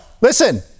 Listen